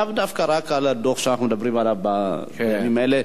לאו דווקא רק על הדוח שאנחנו מדברים בימים אלה.